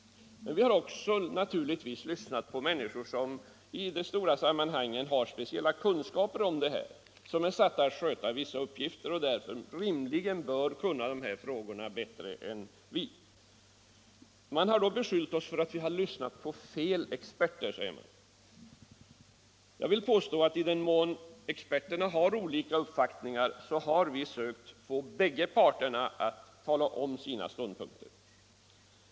Men vi har naturligtvis också lyssnat till de människor som har speciella kunskaper på detta område, människor som är satta att sköta vissa uppgifter och därför rimligen bör kunna de här frågorna bättre än vi. Man har då beskyllt oss för att lyssna till fel experter. Jag vill påstå att i den mån experterna hävdar olika uppfattningar har vi sökt få bägge parterna att tala om sina ståndpunkter.